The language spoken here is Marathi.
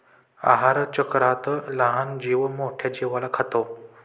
आहारचक्रात लहान जीव मोठ्या जीवाला खातो